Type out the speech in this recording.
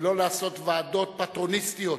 ולא לעשות ועדות פטרוניסטיות.